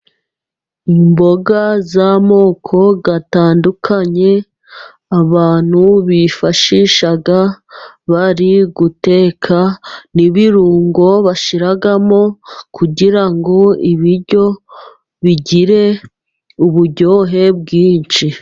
Imboga z'amoko atandukanye abantu bifashisha bari guteka, n'ibirungo bashyiramo kugira ngo ibiryo bigire uburyohe bwinshi.